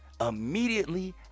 Immediately